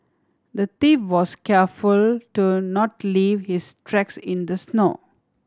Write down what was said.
the thief was careful to not leave his tracks in the snow